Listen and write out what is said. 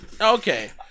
okay